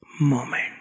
moment